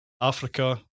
Africa